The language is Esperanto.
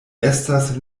estas